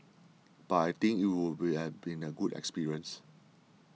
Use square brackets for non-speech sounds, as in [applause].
but I think it would [unintelligible] been a good experience